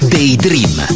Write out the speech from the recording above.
Daydream